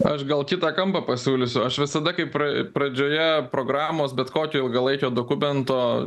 aš gal kitą kampą pasiūlysiu aš visada kai pr pradžioje programos bet kokio ilgalaikio dokumento